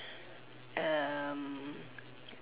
um